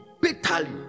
bitterly